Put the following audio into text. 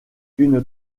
une